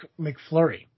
McFlurry